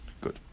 Good